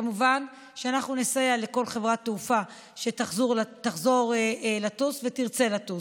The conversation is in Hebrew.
כמובן שאנחנו נסייע לכל חברת תעופה שתחזור לטוס ותרצה לטוס.